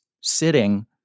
sitting